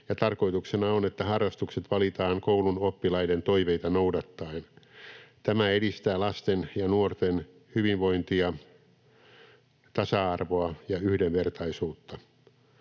tarkoituksena on, että harrastukset valitaan koulun oppilaiden toiveita noudattaen. Tämä edistää lasten ja nuorten hyvinvointia, tasa-arvoa ja yhdenvertaisuutta.